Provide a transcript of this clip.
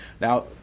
now